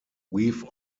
we’ve